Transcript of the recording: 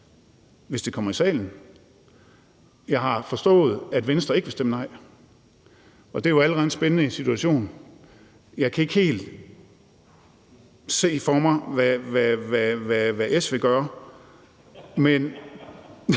hvis det kommer i salen. Jeg har forstået, at Venstre ikke vil stemme nej. Og det er jo allerede en spændende situation. Jeg kan ikke helt se for mig, hvad S vil gøre. Men